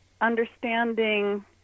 understanding